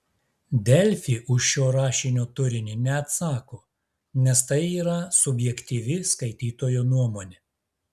delfi už šio rašinio turinį neatsako nes tai yra subjektyvi skaitytojo nuomonė